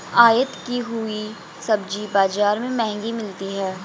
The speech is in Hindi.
आयत की हुई सब्जी बाजार में महंगी मिलती है